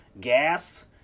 gas